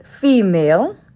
female